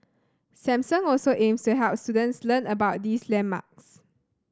Samsung also aims to help students learn about these landmarks